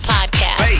Podcast